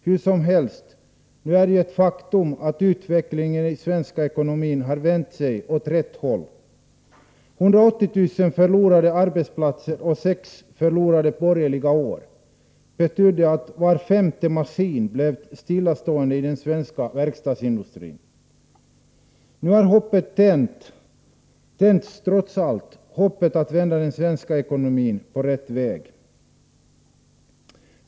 Hur som helst, nu är det ett faktum att utvecklingen i den svenska ekonomin har vänt åt rätt håll. 180000 förlorade arbetsplatser och sex förlorade borgerliga år betydde att var femte maskin blev stillastående i den svenska verkstadsindustrin. Nu har hoppet tänts, trots allt, att man skall kunna vända den svenska ekonomin åt rätt håll.